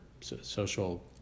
social